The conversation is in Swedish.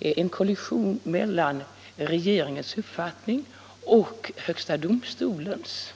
en kollision mellan regeringens uppfattning och högsta domstolens.